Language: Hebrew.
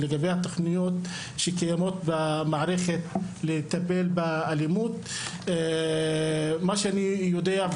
ולגבי התוכניות שקיימות במערכת לטפל באלימות - מה שאני יודע,